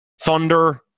thunder